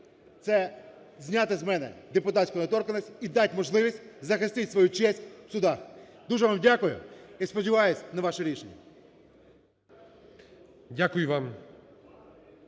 це зняти з мене депутатську недоторканність і дати можливість захистити свою честь в судах. Дуже вам дякую і сподіваюсь на ваше рішення. ГОЛОВУЮЧИЙ.